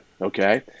Okay